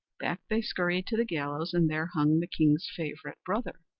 back they scurried to the gallows, and there hung the king's favourite brother.